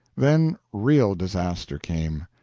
then real disaster came.